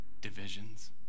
divisions